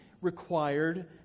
required